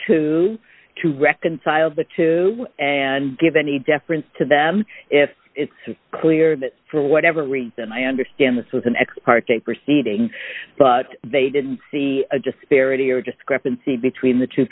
two to reconcile the two and give any deference to them if it's clear that for whatever reason i understand this was an ex parte proceeding but they didn't see a disparity or discrepancy between the two